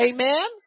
Amen